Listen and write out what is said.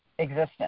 existence